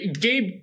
Gabe